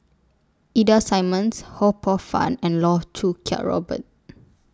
Ida Simmons Ho Poh Fun and Loh Choo Kiat Robert